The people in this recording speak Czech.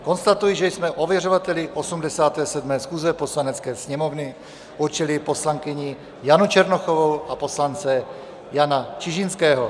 Konstatuji, že jsme ověřovateli 87. schůze Poslanecké sněmovny určili poslankyni Janu Černochovou a poslance Jana Čižinského.